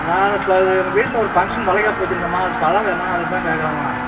நான் ப இது நம்ம வீட்டில் ஒரு ஃபங்க்ஷன் வளைகாப்பு வச்சிருக்கோம்மா அதுக்கு பழம் வேணும் அதுக்குதான் கேட்குறேன்ம்மா